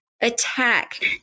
attack